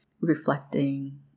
reflecting